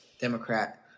Democrat